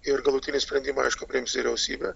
ir galutinį sprendimą aišku priims vyriausybė